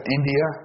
India